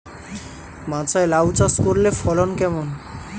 মাচায় লাউ চাষ করলে ফলন কেমন?